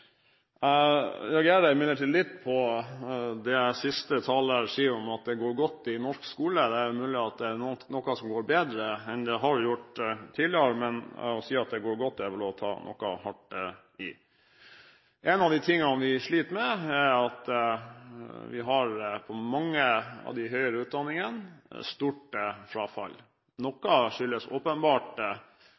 Jeg reagerer imidlertid litt på det den siste taleren her sier, om at det går godt i norsk skole. Det er mulig at det er noe som går bedre enn det har gjort tidligere, men å si at det går godt, er vel å ta noe hardt i. En av de tingene vi sliter med, er at vi ved mange av de høyere utdanningene har stort frafall. Noe skyldes åpenbart